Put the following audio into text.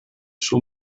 suo